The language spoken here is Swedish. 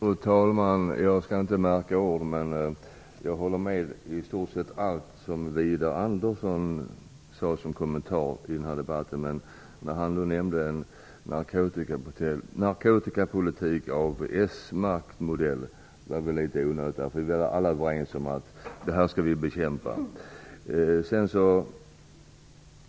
Fru talman! Jag skall inte märka ord. Jag håller med om i stort sett allt som Widar Andersson sade i debatten. Men när han nämnde en s-märkt narkotikapolitik var det kanske litet onödigt. Vi är väl alla överens om att vi skall bekämpa detta.